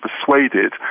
persuaded